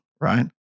right